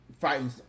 fighting